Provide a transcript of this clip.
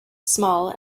small